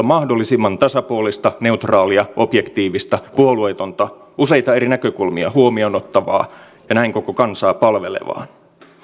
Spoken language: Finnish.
mahdollisimman tasapuolista neutraalia objektiivista puolueetonta useita eri näkökulmia huomioon ottavaa ja näin koko kansaa palvelevaa